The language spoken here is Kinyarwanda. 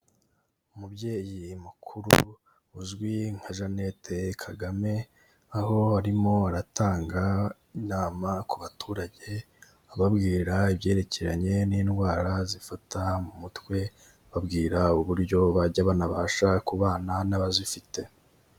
Umubyeyi mukuru uzwi nka Jeannette Kagame aho arimo aratanga inama ku baturage ababwira ibyerekeranye n'indwara zifata mu mutwe, ababwira uburyo bajya banabasha kubana n'abazifite.